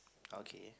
okay